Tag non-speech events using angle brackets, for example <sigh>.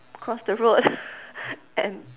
cross the road <laughs> and